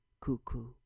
Cuckoo